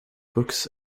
books